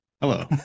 Hello